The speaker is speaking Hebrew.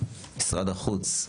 משרד החוץ?